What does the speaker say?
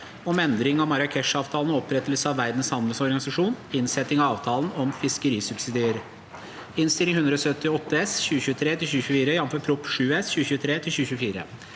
om endring av Marrakesh-avtalen om opprettelse av Verdens handelsorganisasjon (innsetting av avtalen om fiskerisubsidier) (Innst. 178 S (2023–2024), jf. Prop. 7 S (2023–2024))